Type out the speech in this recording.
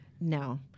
No